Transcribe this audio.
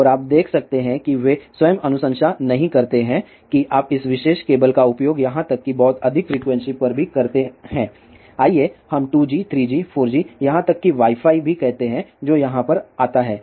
और आप देख सकते हैं कि वे स्वयं अनुशंसा नहीं करते हैं कि आप इस विशेष केबल का उपयोग यहां तक कि बहुत अधिक फ्रीक्वेंसी पर भी करते हैं आइए हम 2G 3G 4G यहां तक कि वाई फाई भी कहते हैं जो यहां पर आता है